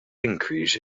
increase